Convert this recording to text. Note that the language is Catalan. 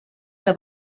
que